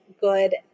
good